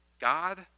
God